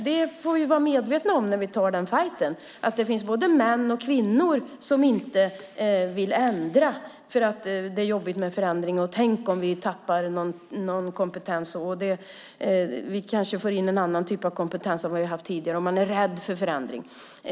Vi får vara medvetna om det när vi tar den fajten, att det finns både män och kvinnor som inte vill ändra därför att det är jobbigt med förändring: Tänk om vi tappar kompetens! Vi kanske får in en annan typ av kompetens än vad vi har haft tidigare. Man är rädd för förändring.